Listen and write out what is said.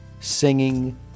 singing